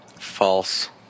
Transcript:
False